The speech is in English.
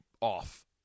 off